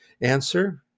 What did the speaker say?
Answer